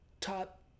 top